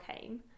came